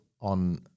on